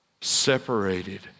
separated